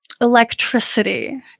electricity